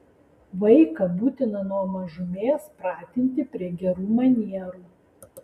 vaiką būtina nuo mažumės pratinti prie gerų manierų